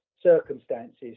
circumstances